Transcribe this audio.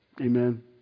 Amen